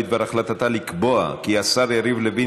בדבר החלטת הממשלה לקבוע כי השר יריב לוין